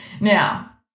Now